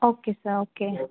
okay sir okay